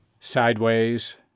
sideways